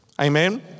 Amen